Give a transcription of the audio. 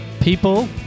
people